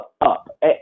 up